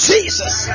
Jesus